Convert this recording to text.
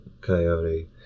coyote